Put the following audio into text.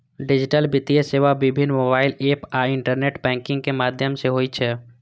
digital वित्तीय सेवा विभिन्न मोबाइल एप आ इंटरनेट बैंकिंग के माध्यम सं होइ छै